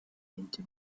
into